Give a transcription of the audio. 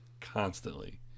constantly